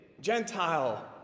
Gentile